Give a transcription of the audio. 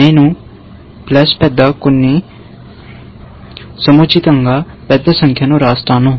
నేను పెద్ద కొన్ని సముచితంగా పెద్ద సంఖ్య వ్రాస్తున్నాను